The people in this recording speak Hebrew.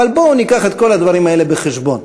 אבל בואו נביא את כל הדברים האלה בחשבון.